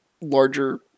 larger